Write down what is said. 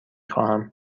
خواهم